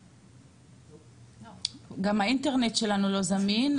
גם האינטרנט שלנו לא זמין,